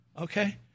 Okay